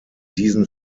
diesen